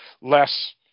less